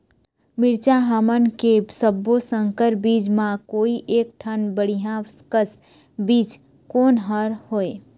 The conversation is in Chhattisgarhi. मिरचा हमन के सब्बो संकर बीज म कोई एक ठन बढ़िया कस बीज कोन हर होए?